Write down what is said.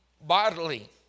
bodily